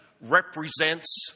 represents